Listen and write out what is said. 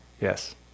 Yes